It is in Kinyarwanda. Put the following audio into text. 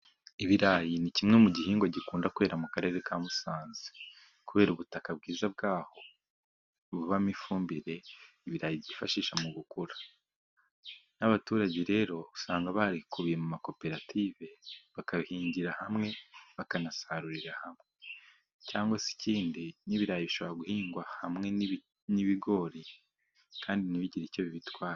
Ibirayi ni kimwe mu bihingwa bikunda kwera mu Karere ka Musanze, kubera ubutaka bwiza bwaho bubamo ifumbire ibirayi byifashisha mu gukura. N'abaturage rero usanga barikubiye mu ma koperative bakabihingira hamwe, bakanasarurira hamwe. Cyangwa se ikindi, n'ibirayi bishobora guhingwa hamwe n'ibigori, kandi ntibigire icyo bibitwara..